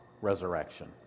resurrection